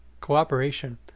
Cooperation